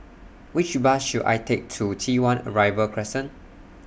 Which Bus should I Take to T one Arrival Crescent